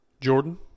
Jordan